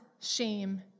shame